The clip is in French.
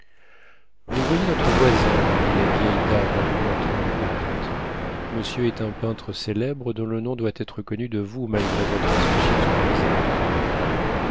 vous voyez notre voisin lui dit la vieille dame en lui montrant hippolyte monsieur est un peintre célèbre dont le nom doit être connu de vous malgré votre insouciance pour les arts